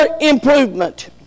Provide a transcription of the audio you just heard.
improvement